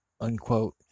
unquote